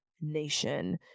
nation